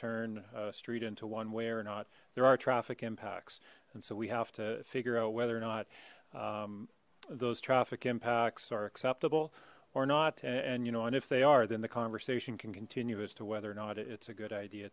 turn street into one way or not there are traffic impacts and so we have to figure out whether or not those traffic impacts are acceptable or not and you know and if they are then the conversation can continue as to whether or not it's a good idea